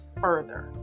further